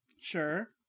Sure